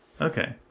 Okay